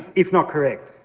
if not correct.